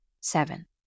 Seven